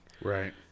Right